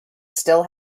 still